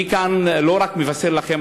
אני כאן לא רק מבשר לכם,